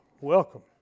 welcome